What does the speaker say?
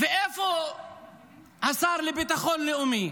ואיפה השר לביטחון לאומי?